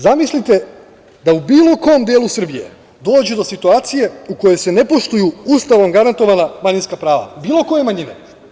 Zamislite da u bilo kom delu Srbije dođe do situacije u kojoj se ne poštuju Ustavom garantovana manjinska prava, bilo koje manjine.